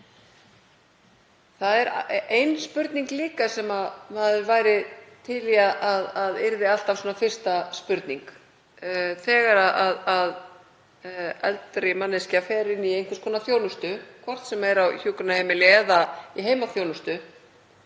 Það er ein spurning líka sem maður væri til í að yrði alltaf fyrsta spurningin þegar eldri manneskja fer inn í einhvers konar þjónustu, hvort sem er á hjúkrunarheimili eða í heimaþjónustu,